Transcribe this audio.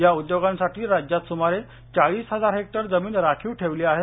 या उद्योगांसाठी राज्यात सुमारे चाळीस हजार हेक्टर जमीन राखीव ठेवली आहे